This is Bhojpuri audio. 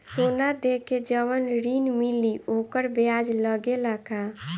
सोना देके जवन ऋण मिली वोकर ब्याज लगेला का?